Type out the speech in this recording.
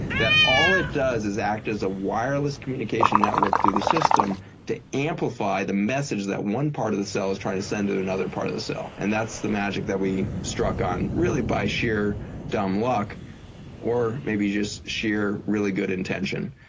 that all it does is act as a wireless communication network through the system to amplify the message that one part of the cell is trying to send to another part of the cell. and that's the magic that we struck on really by sheer dumb luck or maybe just sheer really good intention.